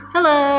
Hello